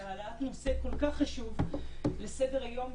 על העלאת נושא כל כך חשוב לסדר היום.